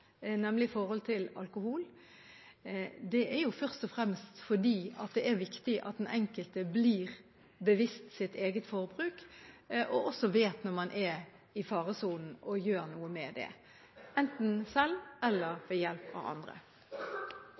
nemlig forholdet til alkohol. Det er jo først og fremst fordi det er viktig at den enkelte blir bevisst sitt eget forbruk, og også vet når man er i faresonen og gjør noe med det, enten selv eller ved hjelp av andre.